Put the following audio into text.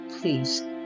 Please